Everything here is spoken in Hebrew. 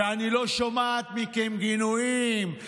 אני לא שומעת מכם גינויים,